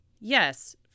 yes